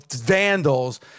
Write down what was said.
vandals